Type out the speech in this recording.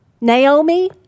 Naomi